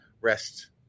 rest